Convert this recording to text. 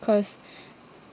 cause